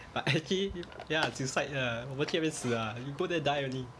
but actually ya suicide ah 我们去那边死 ah you go there die only